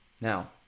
Now